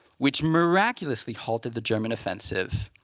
which miraculously halted the german offensive,